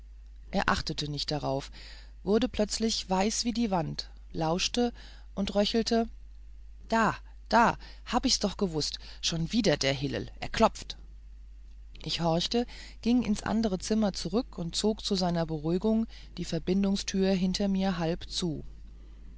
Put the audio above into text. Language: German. er achtete nicht darauf wurde plötzlich weiß wie die wand lauschte und röchelte da da hab ich's doch gewußt schon wieder der hillel er klopft ich horchte ging ins andere zimmer zurück und zog zu seiner beruhigung die verbindungstür hinter mir halb zu